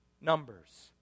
numbers